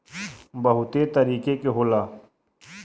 बहुते तरीके के होला